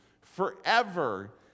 forever